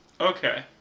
Okay